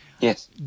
Yes